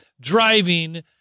driving